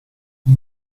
gli